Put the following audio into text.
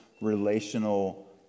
relational